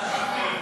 נתקבלו.